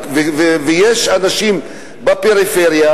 ויש אנשים בפריפריה,